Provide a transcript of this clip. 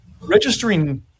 Registering